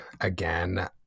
again